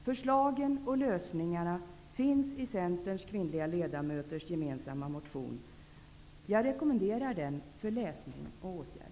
Förslagen och lösningarna finns i Centerns kvinnliga ledamöters gemensamma motion. Jag rekommenderar den för läsning och åtgärder.